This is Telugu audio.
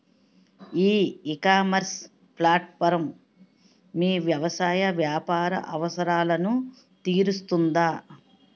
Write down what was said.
ఈ ఇకామర్స్ ప్లాట్ఫారమ్ మీ వ్యవసాయ వ్యాపార అవసరాలను తీరుస్తుందా?